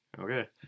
Okay